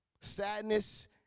sadness